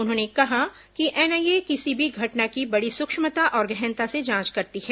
उन्होंने कहा कि एनआईए किसी भी घटना की बडी सुक्ष्मता और गहनता से जांच करती है